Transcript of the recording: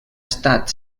estat